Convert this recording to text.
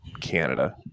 Canada –